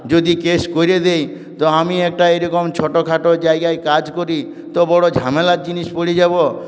যদি কেস কইরে দেই তো আমি একটা এইরকম ছোটোখাটো জায়গায় কাজ করি তো বড় ঝামেলার জিনিস পড়ি যাবো